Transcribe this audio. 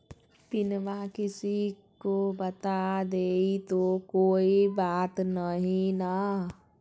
पिनमा किसी को बता देई तो कोइ बात नहि ना?